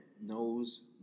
knows